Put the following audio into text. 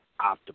optimal